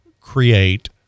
create